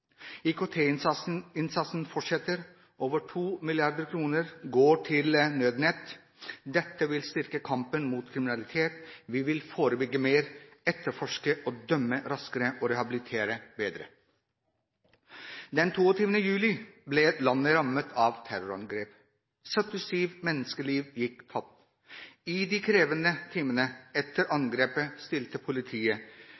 fortsetter. Over 2 mrd. kr går til Nødnett. Dette vil styrke kampen mot kriminalitet. Vi vil forebygge mer, etterforske og dømme raskere og rehabilitere bedre. Den 22. juli ble landet rammet av terrorangrep. 77 menneskeliv gikk tapt. I de krevende timene etter